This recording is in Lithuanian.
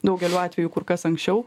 daugeliu atveju kur kas anksčiau